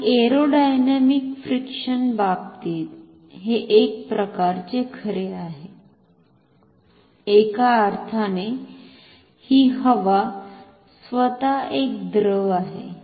आणि aerodynamic friction बाबतीत हे एक प्रकारचे खरे आहे एका अर्थाने हि हवा स्वतः एक द्रव आहे